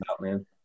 man